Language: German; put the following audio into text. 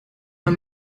man